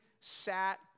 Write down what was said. sat